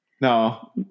no